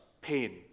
pain